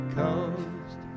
coast